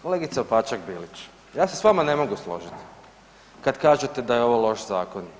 Kolegica Opačak Bilić ja se s vama ne mogu složiti kada kažete da je ovo loš zakon.